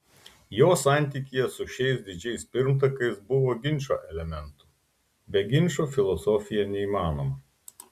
jo santykyje su šiais didžiais pirmtakais buvo ginčo elementų be ginčo filosofija neįmanoma